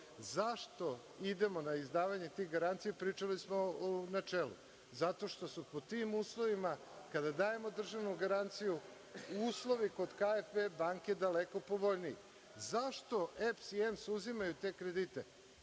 idemo na izdavanje tih garancija, pričali smo u načelu. Zato što su pod tim uslovima, kada dajemo državnu garanciju, uslovi kod KfW banke daleko povoljniji. Zašto EPS i EMS uzimaju te kredite?